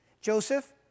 Joseph